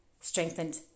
strengthened